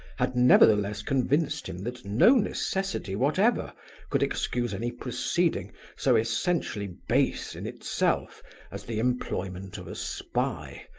had nevertheless convinced him that no necessity whatever could excuse any proceeding so essentially base in itself as the employment of a spy,